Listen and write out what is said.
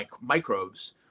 microbes